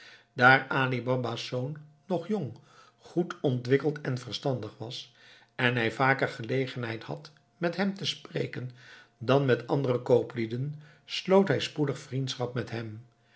daar ali baba's zoon nog jong goed ontwikkeld en verstandig was en hij vaker gelegenheid had met hem te spreken dan met andere kooplieden sloot hij spoedig vriendschap met hem